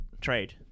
trade